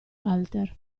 walter